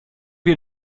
wir